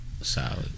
Solid